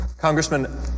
Congressman